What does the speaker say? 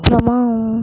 அப்புறமா